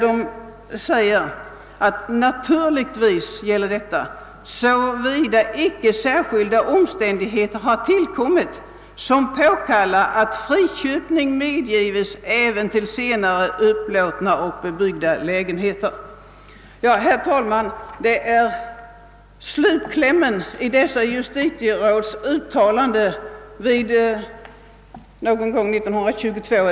Det heter nämligen: »——— naturligtvis såvida icke särskilda omständigheter tillkommit, som påkalla, att friköpning Herr talman! Detta var alltså slutklämmen i de båda justitierådens uttalande, som gjordes omkring år 1922.